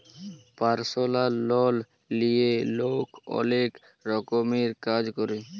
পারসলাল লল লিঁয়ে লক অলেক রকমের কাজ ক্যরে